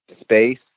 space